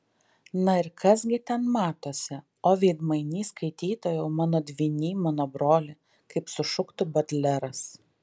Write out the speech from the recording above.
na ir kas gi ten matosi o veidmainy skaitytojau mano dvyny mano broli kaip sušuktų bodleras